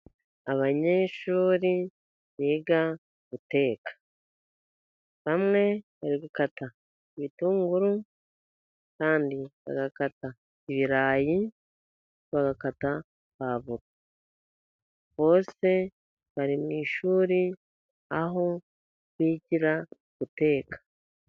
Abanyeshuri biga guteka hamwe bari gukata ibitunguru kandi bagakata ibirayi, bagakata puwavuro, bose bari mu ishuri aho bigira guteka.